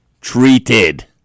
treated